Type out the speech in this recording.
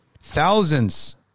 Thousands